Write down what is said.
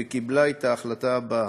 וקיבלה את ההחלטה הבאה: